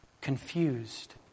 confused